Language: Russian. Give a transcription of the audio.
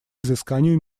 изысканию